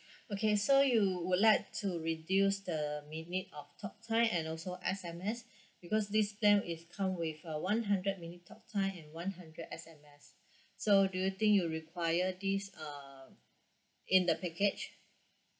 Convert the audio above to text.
okay so you would like to reduce the minute of talk time and also S_M_S because this plan is come with uh one hundred minute talk time and one hundred S_M_S so do you think you require this uh in the package